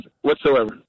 whatsoever